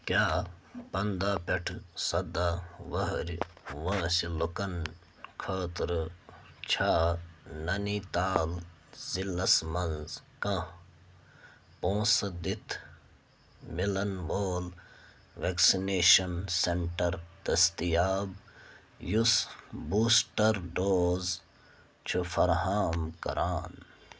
کیٛاہ پَنٛداہ پٮ۪ٹھٕ سداہ ؤہٕرۍ وٲنسہِ لُکَن خٲطرٕ چھا نَنی تال ضِلعس منٛز کانٛہہ پونٛسہٕ دِتھ مِلَن وول ویکسِنیشَن سینٹَر دٔستیاب یُس بوٗسٹَر ڈوز چھُ فراہم کران